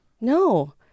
No